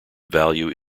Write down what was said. value